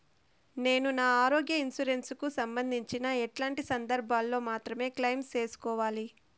నేను నా ఆరోగ్య ఇన్సూరెన్సు కు సంబంధించి ఎట్లాంటి సందర్భాల్లో మాత్రమే క్లెయిమ్ సేసుకోవాలి?